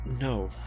No